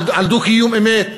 על דו-קיום של אמת.